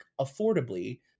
affordably